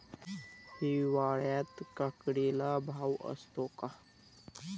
हिवाळ्यात काकडीला भाव असतो का?